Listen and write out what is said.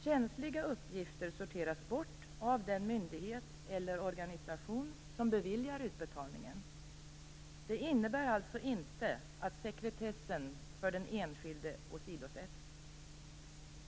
Känsliga uppgifter sorteras bort av den myndighet eller organisation som beviljar utbetalningen. Det innebär alltså inte att sekretessen för den enskilde åsidosätts.